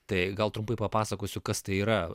tai gal trumpai papasakosiu kas tai yra